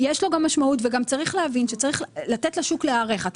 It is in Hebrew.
שיש לו גם משמעות וצריך גם להבין שצריך לתת לשוק להיערך.